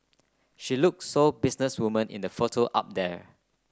she look so business woman in the photo up there